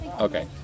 Okay